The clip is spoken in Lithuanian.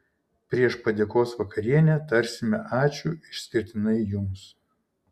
prieš padėkos vakarienę tarsime ačiū išskirtinai jums